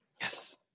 Yes